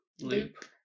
loop